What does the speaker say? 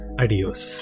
adios